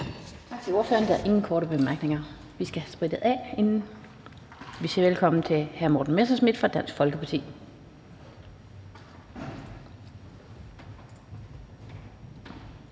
Tak til ordføreren. Der er ingen korte bemærkninger. Vi skal have sprittet af, inden vi siger velkommen til hr. Morten Messerschmidt fra Dansk Folkeparti.